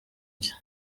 nshya